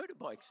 motorbikes